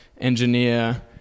engineer